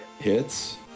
Hits